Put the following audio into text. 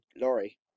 Laurie